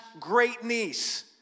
great-niece